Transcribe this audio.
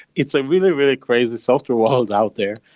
it's a really, really crazy software world out there.